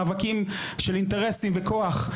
מאבקים של אינטרסים וכוח.